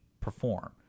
perform